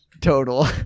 total